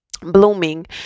blooming